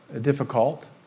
difficult